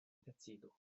decido